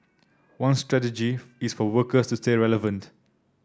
one strategy is for workers to stay relevant